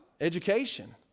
education